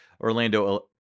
Orlando